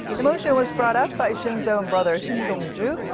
the motion was brought up by shin's own brother shin dong-joo,